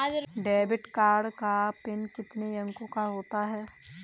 Debit card का PIN कितने अंकों का होता है?